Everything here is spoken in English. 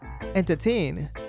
entertain